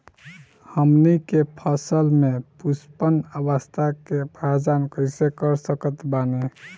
हमनी के फसल में पुष्पन अवस्था के पहचान कइसे कर सकत बानी?